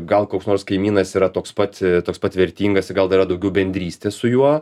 gal koks nors kaimynas yra toks pat toks pat vertingas gal dar daugiau bendrystės su juo